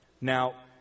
now